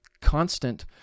constant